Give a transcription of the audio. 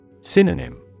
Synonym